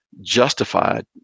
justified